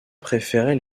préféraient